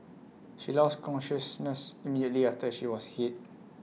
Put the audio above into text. she lost consciousness immediately after she was hit